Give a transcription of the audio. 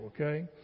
okay